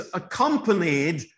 accompanied